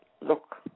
look